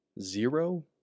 zero